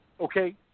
Okay